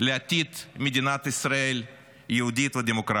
לעתיד של מדינת ישראל יהודית ודמוקרטית.